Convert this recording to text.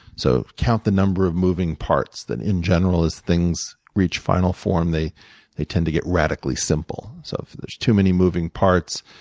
so count the number of moving parts that, in general, as things reach final form, that they tend to get radically simple. so if there's too many moving parts,